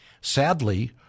Sadly